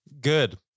Good